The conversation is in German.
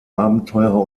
abenteurer